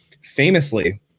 famously